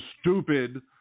stupid